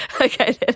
Okay